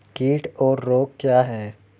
कीट और रोग क्या हैं?